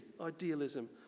Idealism